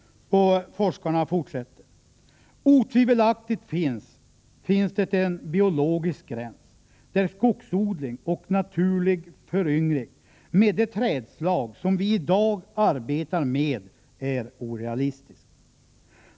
Forskarna fortsätter: ”Otvivelaktigt finns det en biologisk gräns där skogsodling och naturlig föryngring med de trädslag som vi i dag arbetar med är orealistiskt.